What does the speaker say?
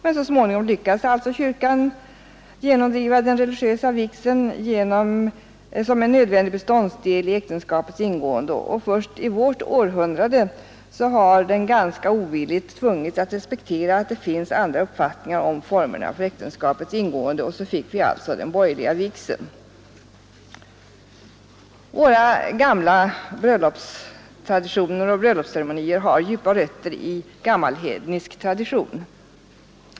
Men så småningom lyckades alltså kyrkan genomdriva den religiösa vigseln som en nödvändig beståndsdel i äktenskapets ingående. Först i vårt århundrade har den ganska ovilligt tvungits respektera att det finns andra uppfattningar om formerna för äktenskaps ingående, och därigenom fick Våra gamla bröllopsceremonier har djupa rötter i gammalhednisk tradition.